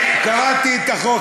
קראתי את החוק,